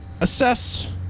assess